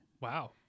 wow